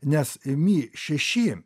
nes mi šeši